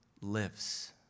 lives